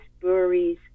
breweries